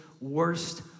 worst